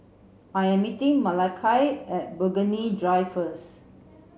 I am meeting Malakai at Burgundy Drive first